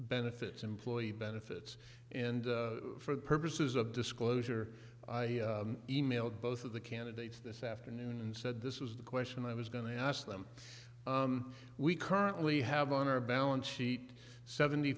benefits employee benefits and for the purposes of disclosure i emailed both of the candidates this afternoon and said this was the question i was going to ask them we currently have on our balance sheet seventy